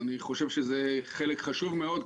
אז אני חושב שזה חלק חשוב מאוד,